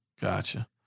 Gotcha